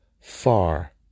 far